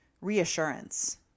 reassurance